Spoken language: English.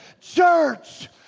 church